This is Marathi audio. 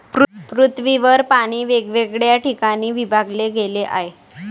पृथ्वीवर पाणी वेगवेगळ्या ठिकाणी विभागले गेले आहे